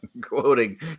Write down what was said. quoting